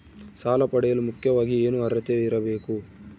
ಸಾಲ ಪಡೆಯಲು ಮುಖ್ಯವಾಗಿ ಏನು ಅರ್ಹತೆ ಇರಬೇಕು?